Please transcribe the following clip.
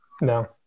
No